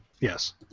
Yes